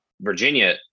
Virginia